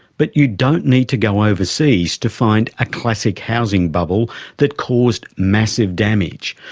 but you don't need to go overseas to find a classic housing bubble that caused massive damage,